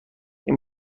این